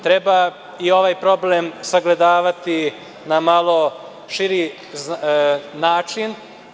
Treba i ovaj problem sagledavati na malo širi način.